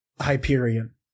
Hyperion